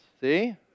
See